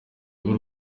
b’u